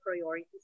priorities